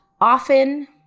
often